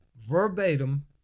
verbatim